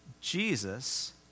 Jesus